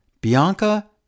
Bianca